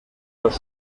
los